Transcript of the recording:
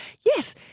Yes